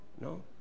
No